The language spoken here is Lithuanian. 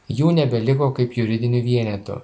jų nebeliko kaip juridinių vienetų